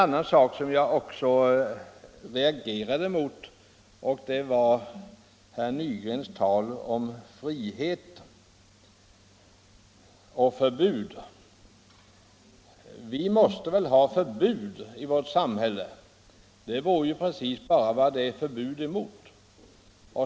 Sedan reagerade jag emellertid mot herr Nygrens tal om frihet och förbud. Vi måste väl ändå ha en del förbud i vårt samhälle. Frågan är bara vad det är förbud emot.